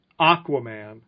Aquaman